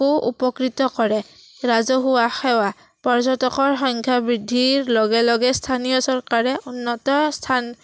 কো উপকৃত কৰে ৰাজহুৱা সেৱা পৰ্যটকৰ সংখ্যা বৃদ্ধিৰ লগে লগে স্থানীয় চৰকাৰে উন্নত স্থান